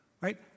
right